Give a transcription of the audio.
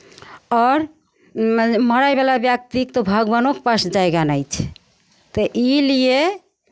आओर मर मरयवला व्यक्ति तो भगवानोके पास जगह नहि छै तऽ ईलिए